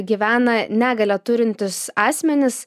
gyvena negalią turintys asmenys